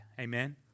Amen